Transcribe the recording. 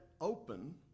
open